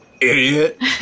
Idiot